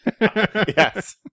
Yes